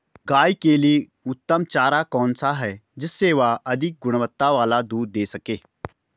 गाय के लिए उत्तम चारा कौन सा है जिससे वह अधिक गुणवत्ता वाला दूध दें सके?